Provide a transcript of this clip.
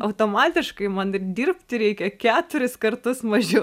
automatiškai man ir dirbti reikia keturis kartus mažiau